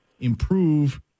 improve